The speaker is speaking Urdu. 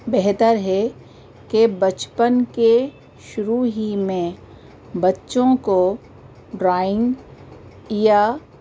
بہتر ہے کہ بچپن کے شروع ہی میں بچوں کو ڈرائنگ یا